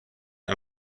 این